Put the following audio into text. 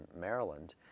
maryland